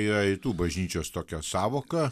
yra rytų bažnyčios tokia sąvoka